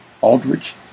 Aldrich